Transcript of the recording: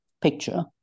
picture